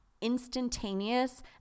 instantaneous